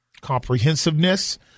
comprehensiveness